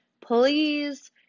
please